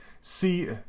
see